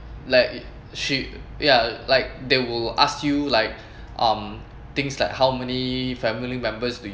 like she ya like they will ask you like um things like how many family members do